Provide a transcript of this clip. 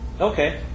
Okay